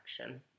action